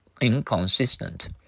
Inconsistent